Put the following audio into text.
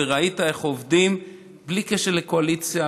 וראית איך עובדים בלי קשר לקואליציה,